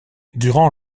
durant